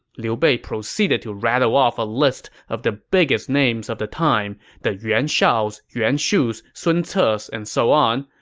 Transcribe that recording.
liu bei proceeded to rattle off a list of the biggest names of the time, the yuan shaos, yuan shus, sun ces, and so on,